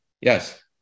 Yes